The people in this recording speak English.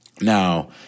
Now